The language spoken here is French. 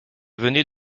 venait